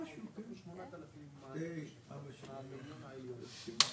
לא נתקבלה.